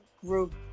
group